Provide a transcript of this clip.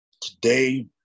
Today